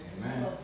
Amen